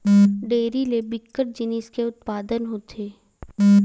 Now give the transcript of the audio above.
dairy ले बिकट जिनिस के उत्पादन होथे